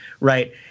Right